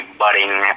budding